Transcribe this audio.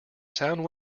sound